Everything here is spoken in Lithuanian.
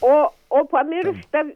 o o pamirštam